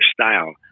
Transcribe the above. style